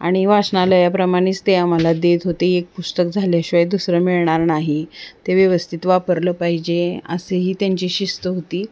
आणि वाचनालयाप्रमाणेच ते आम्हाला देत होते एक पुस्तक झाल्याशिवाय दुसरं मिळणार नाही ते व्यवस्थित वापरलं पाहिजे असेही त्यांची शिस्त होती